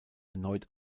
erneut